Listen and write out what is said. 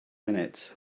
minutes